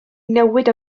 newid